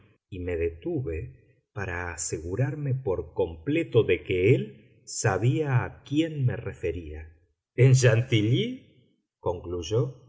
y me detuve para asegurarme por completo de que él sabía a quién me refería en chantilly concluyó